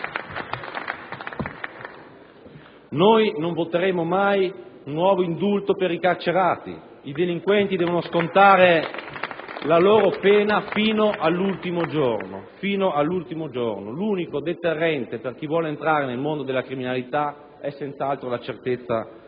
Gruppo* *LNP e dei senatori De Eccher e Gamba).* I delinquenti devono scontare la loro pena fino all'ultimo giorno. L'unico deterrente per chi vuole entrare nel mondo della criminalità è senz'altro la certezza